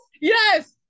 Yes